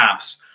apps